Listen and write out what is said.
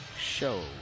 show